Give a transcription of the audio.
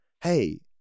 Hey